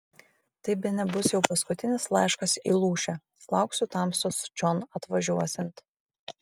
tai bene bus jau paskutinis laiškas į lūšę lauksiu tamstos čion atvažiuosiant